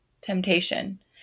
temptation